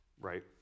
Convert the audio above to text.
Right